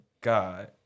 God